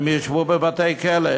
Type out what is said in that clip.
הם ישבו בבתי-כלא.